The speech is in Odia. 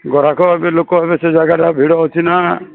ଗରାଖ ଏବେ ଲୋକ ହେବେ ସେ ଜାଗାରେ ଆଉ ଭିଡ଼ ଅଛି ନା